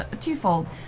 twofold